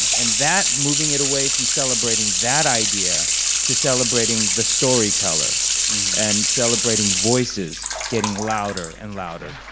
and that moving it away from celebrating that idea to celebrating the storyteller and celebrating voices getting louder and louder